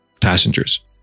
passengers